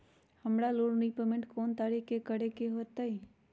हमरा loan repayment कोन तारीख के करे के परतई?